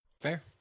Fair